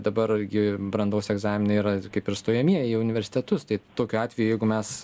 dabar gi brandos egzaminai yra kaip ir stojamieji į universitetus tai tokiu atveju jeigu mes